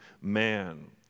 man